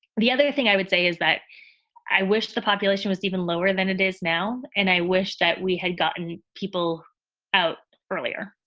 the other thing i would say is that i wish the population was even lower than it is now. and i wish that we had gotten people out earlier.